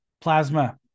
Plasma